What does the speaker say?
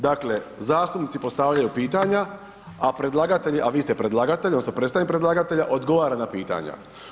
Dakle, zastupnici postavljaju pitanja, a predlagatelj, a vi ste predlagatelj, odnosno predstavnik predlagatelja, odgovara na pitanja.